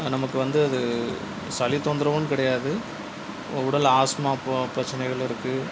நமக்கு வந்து அது சளி தொந்தரவும் கிடையாது உடல் ஆஸ்துமா போ பிரச்சனைகள் இருக்கும்